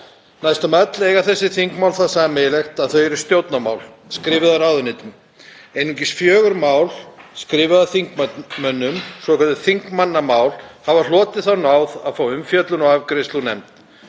Næstum öll eiga þessi þingmál það sameiginlegt að þau eru stjórnarmál, skrifuð af ráðuneytum. Einungis fjögur mál skrifuð af þingmönnum, svokölluð þingmannamál, hafa hlotið þá náð að fá umfjöllun og afgreiðslu úr